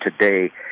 today